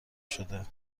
شده